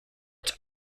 its